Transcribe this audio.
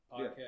Podcast